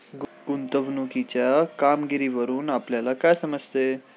गुंतवणुकीच्या कामगिरीवरून आपल्याला काय समजते?